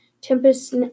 tempest